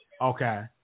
Okay